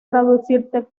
traducirse